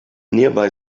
nearby